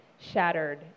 shattered